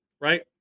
right